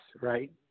right